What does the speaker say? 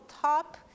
top